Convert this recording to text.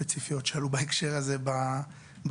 ספציפיות שעלו בהקשר הזה בדוח.